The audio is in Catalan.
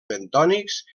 bentònics